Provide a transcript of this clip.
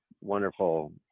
wonderful